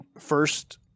first